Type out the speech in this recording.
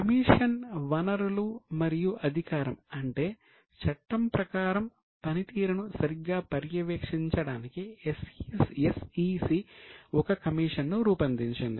commission వనరులు మరియు అధికారం అంటే చట్టం ప్రకారం పనితీరును సరిగ్గా పర్యవేక్షించడానికి SEC ఒక కమిషన్ను రూపొందించింది